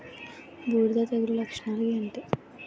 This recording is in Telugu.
బూడిద తెగుల లక్షణాలు ఏంటి?